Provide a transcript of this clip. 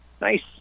Nice